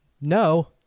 no